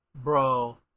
Bro